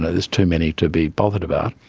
ah there's too many to be bothered about.